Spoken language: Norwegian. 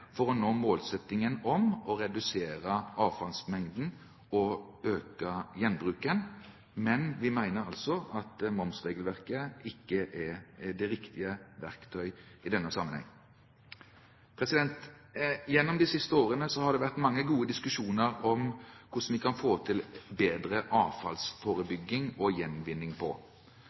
for å nå målsettingen om å redusere avfallsmengden og øke gjenbruken, men vi mener altså at momsregelverket ikke er det riktige verktøy i denne sammenheng. Gjennom de siste årene har det vært mange gode diskusjoner om hvordan vi kan få til bedre avfallsforebygging og gjenvinning.